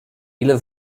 ile